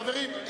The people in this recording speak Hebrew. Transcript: חברים,